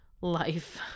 life